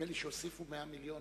נדמה לי שהוסיפו 100 מיליון.